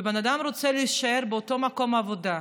ובן אדם רוצה להישאר באותו מקום עבודה,